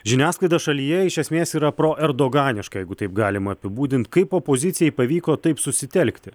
žiniasklaida šalyje iš esmės yra proerdoganiška jeigu taip galima apibūdinti kaip opozicijai pavyko taip susitelkti